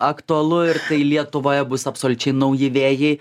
aktualu ir lietuvoje bus absoliučiai nauji vėjai